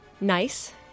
nice